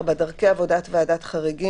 "דרכי עבודת ועדת חריגים,